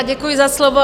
Děkuji za slovo.